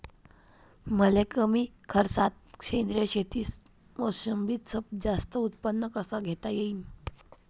मले कमी खर्चात सेंद्रीय शेतीत मोसंबीचं जास्त उत्पन्न कस घेता येईन?